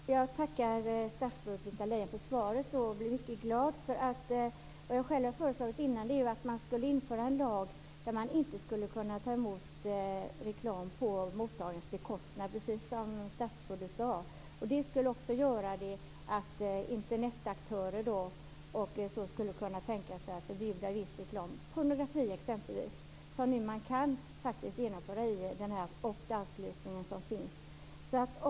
Fru talman! Jag tackar statsrådet Britta Lejon för svaret, som jag är mycket glad för. Det som jag själv har föreslagit är att det skulle införas en lag om att reklam inte ska kunna föras över på mottagarens bekostnad, precis som statsrådet sade. Internetaktörer skulle också kunna förbjuda viss reklam, exempel för pornografi. Detta kan genomföras i den opt outlösning som finns.